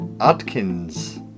Adkins